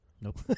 Nope